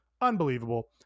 unbelievable